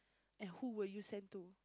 and who will you send to